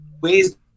ways